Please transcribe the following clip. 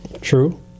True